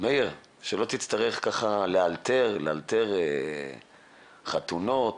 שלא תצטרך לאלתר חתונות